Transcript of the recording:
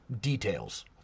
details